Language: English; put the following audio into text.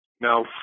Now